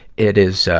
it is, ah,